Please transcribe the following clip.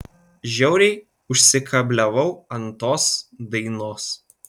žiauriai užsikabliavau ant tos dainos